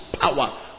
power